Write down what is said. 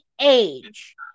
age